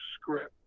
script